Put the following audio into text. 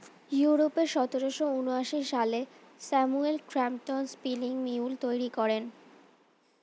ইউরোপে সতেরোশো ঊনআশি সালে স্যামুয়েল ক্রম্পটন স্পিনিং মিউল তৈরি করেন